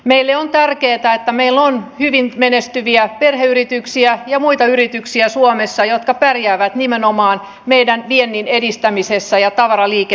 meille on tärkeätä että meillä on hyvin menestyviä perheyrityksiä ja muita yrityksiä suomessa jotka pärjäävät nimenomaan meidän vientimme edistämisessä ja tavaraliikenteessä